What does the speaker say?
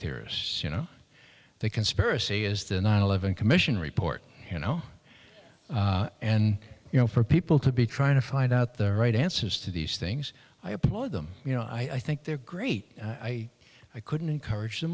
theorists you know that conspiracy is the nine eleven commission report you know and you know for people to be trying to find out the right answers to these things i applaud them you know i think they're great i couldn't encourage them